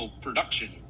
production